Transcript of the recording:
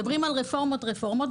מדברים על רפורמות רפורמות,